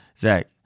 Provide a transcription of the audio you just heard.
Zach